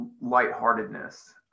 lightheartedness